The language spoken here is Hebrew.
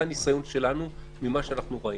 זה הניסיון שלנו ממה שראינו.